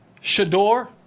Shador